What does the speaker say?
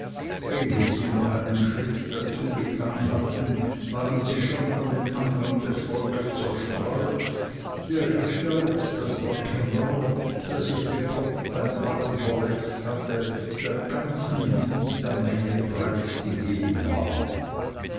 ehe sie noch einen schritt dazu getan hatten waren sie schon von dem andrang des volks zerstreut dergestalt daß der kämmerer der sich den kopf beim fallen verletzt hatte der ganzen wut der menge preisgegeben war